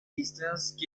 distance